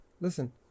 listen